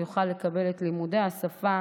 יוכל לקבל את לימודי השפה